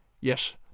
Yes